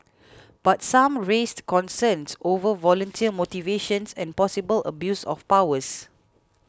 but some raised concerns over volunteer motivations and possible abuse of powers